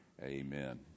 amen